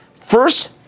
First